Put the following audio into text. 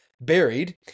buried